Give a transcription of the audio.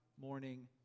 morning